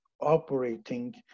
operating